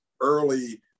early